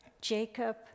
Jacob